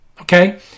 okay